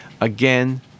Again